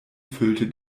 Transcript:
füllte